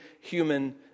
human